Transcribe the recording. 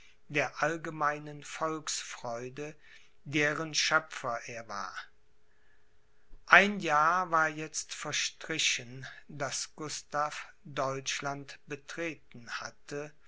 der allgemeinen volksfreude deren schöpfer er war ein jahr war jetzt verstrichen daß gustav deutschland betreten hatte